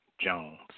Jones